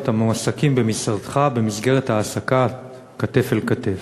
המועסקים במשרדך במסגרת העסקה "כתף אל כתף".